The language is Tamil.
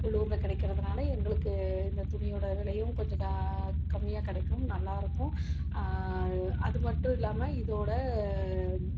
உள்ளூர்ல கிடைக்கிறதுனால எங்களுக்கு இந்த துணியோடய விலையும் கொஞ்சம் கா கம்மியாக கிடைக்கும் நல்லாயிருக்கும் அது மட்டும் இல்லாமல் இதோடய